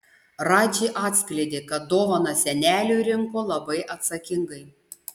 radži atskleidė kad dovaną seneliui rinko labai atsakingai